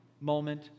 moment